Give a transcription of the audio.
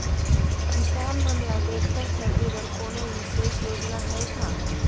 किसान मन ल ट्रैक्टर खरीदे बर कोनो विशेष योजना हे का?